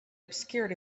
obscured